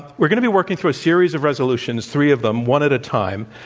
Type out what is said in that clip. we're going to be working through a series of resolutions, three of them, one at a time,